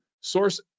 source